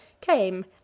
came